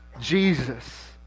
Jesus